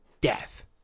death